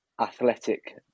athletic